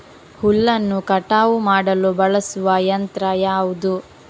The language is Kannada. ಹುಲ್ಲನ್ನು ಕಟಾವು ಮಾಡಲು ಬಳಸುವ ಯಂತ್ರ ಯಾವುದು?